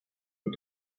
est